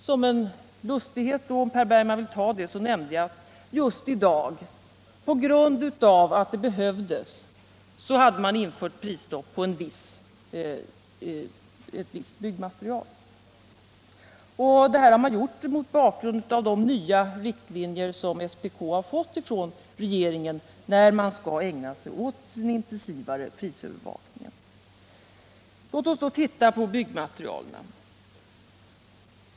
Som en lustighet, om Per Bergman vill ta det så, nämnde jag att man på grund av att det behövdes hade infört prisstopp på ett visst byggmaterial. Det har man gjort mot bakgrund av de nya riktlinjer som SPK fått från regeringen om när SPK skall ägna sig åt intensivare prisövervakning. Låt oss titta på byggmaterialpriserna.